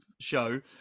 show